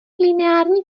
lineární